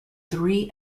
three